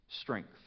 strength